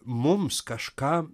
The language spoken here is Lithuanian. mums kažką